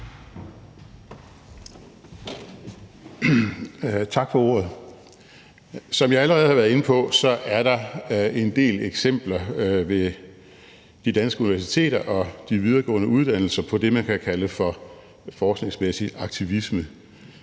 Tak for ordet. Som jeg allerede har været inde på, er der en del eksempler ved de danske universiteter og de videregående uddannelser på det, man kan kalde for forskningsmæssig aktivisme.